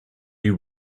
you